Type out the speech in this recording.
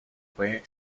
fue